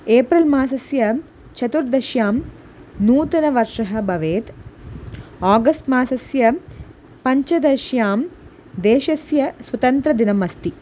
April मासस्य चतुर्दश्यां नूतनवर्षः भवेत् आगस्ट् मासस्य पञ्चदश्यां देशस्य स्वतन्त्र्यदिनमस्ति